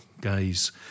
guys